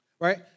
Right